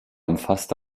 umfasste